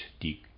die